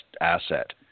asset